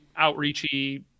outreachy